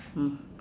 mm